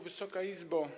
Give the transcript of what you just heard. Wysoka Izbo!